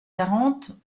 quarante